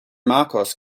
marcos